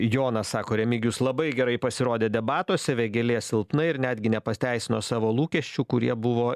jonas sako remigijus labai gerai pasirodė debatuose vėgėlė silpnai ir netgi nepateisino savo lūkesčių kurie buvo